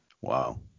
Wow